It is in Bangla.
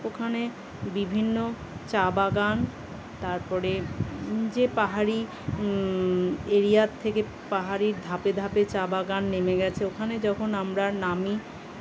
ওখানে বিভিন্ন চা বাগান তারপরে যে পাহাড়ি এরিয়ার থেকে পাহাড়ির ধাপে ধাপে চা বাগান নেমে গেছে ওখানে যখন আমরা নামি